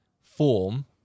form